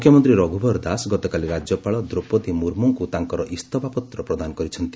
ମୁଖ୍ୟମନ୍ତ୍ରୀ ରଘୁବର ଦାସ ଗତକାଲି ରାଜ୍ୟପାଳ ଦ୍ରୋପଦୀ ମୁର୍ମୁଙ୍କୁ ତାଙ୍କର ଇସ୍ତଫାପ୍ରତ ପ୍ରଦାନ କରିଛନ୍ତି